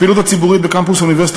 הפעילות הציבורית בקמפוס האוניברסיטה